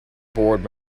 board